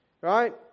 right